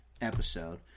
episode